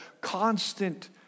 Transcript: constant